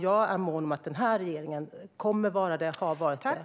Jag är mån om att denna regering kommer att vara det och har varit det.